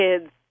kids